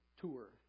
tour